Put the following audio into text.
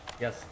Yes